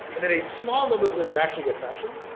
and then a small number of them that actually get traction,